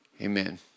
Amen